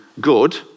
good